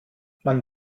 man